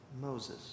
Moses